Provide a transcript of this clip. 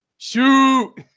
Shoot